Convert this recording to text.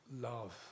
love